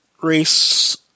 race